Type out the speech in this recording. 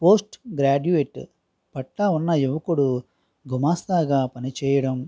post graduate పట్టా ఉన్న యువకుడు గుమస్తాగా పని చేయడం